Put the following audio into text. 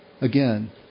again